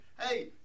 Hey